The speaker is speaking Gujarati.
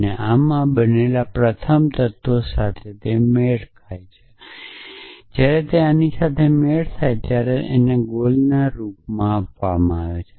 તે આમાં બનેલા પ્રથમ તત્વ સાથે મેળ ખાય છે જ્યારે તે આ સાથે મેળ ખાય છે ત્યારે તેને આ ગોલના રૂપમાં આવે છે